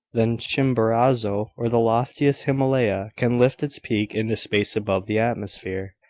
than chimborazo or the loftiest himalaya can lift its peak into space above the atmosphere.